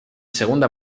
segunda